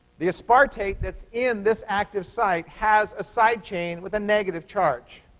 the aspartate that's in this active site has a side chain with a negative charge.